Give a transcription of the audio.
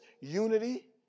unity